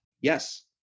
Yes